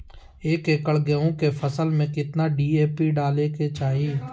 एक एकड़ गेहूं के फसल में कितना डी.ए.पी डाले के चाहि?